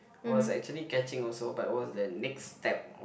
was actually catching also but it was the next step of